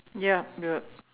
ya you're